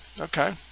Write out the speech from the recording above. Okay